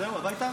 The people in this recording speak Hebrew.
התשפ"ה 2024,